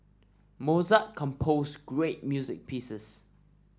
Mozart composed great music pieces